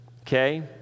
okay